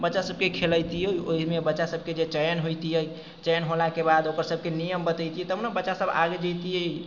बच्चासभके खेलैतियै ओहिमे बच्चासभके जे चयन होइतियै चयन होलाके बाद ओकरासभके नियम बतैतियै तब न बच्चासभ आगे जैतियै